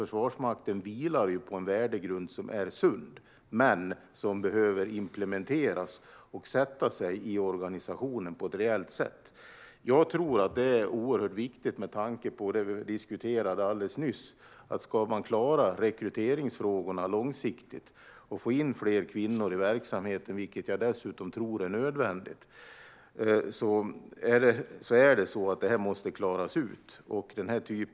Försvarsmakten vilar ju på en värdegrund som är sund, men som behöver implementeras och sätta sig i organisationen på ett reellt sätt. Jag tror att det är oerhört viktigt med tanke på det som vi diskuterades alldeles nyss. Om man ska klara rekryteringsfrågorna långsiktigt och få in fler kvinnor i verksamheten, vilket jag dessutom tror är nödvändigt, måste detta klaras ut.